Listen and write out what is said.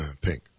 Pink